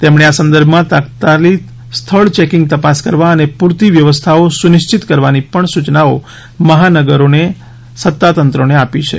તેમણે આ સંદર્ભમાં તાત્કાલિક સ્થળ ચેકિંગ તપાસ કરવા અને પૂરતી વ્યવસ્થાઓ સુનિશ્ચિત કરવાની પણ સૂચનાઓ મહાનગરો નગરોના સત્તાતંત્રોને આપી છે